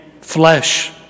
flesh